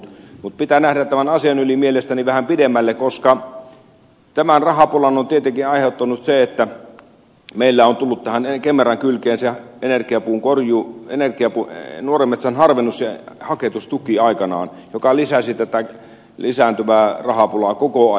mutta pitää nähdä tämän asian yli mielestäni vähän pidemmälle koska tämän rahapulan on tietenkin aiheuttanut se että meillä on tullut tähän kemeran kylkeen aikanaan energiapuun korjuu nuoren metsän harvennus ja haketustuki joka lisäsi tätä lisääntyvää rahapulaa koko ajan